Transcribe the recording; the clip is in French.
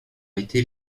été